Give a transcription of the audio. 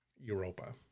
europa